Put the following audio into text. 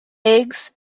eggs